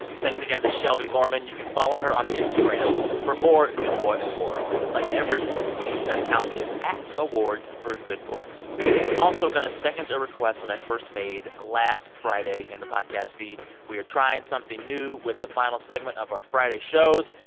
thanks again to shelby lorman. you can follow her on instagram for more good boy awards, like every day that account is at awardsforgoodboys. also, going to second a request that i first made last friday in the podcast feed we are trying something new with the final segment of our friday shows.